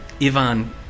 Ivan